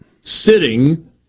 sitting